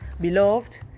Beloved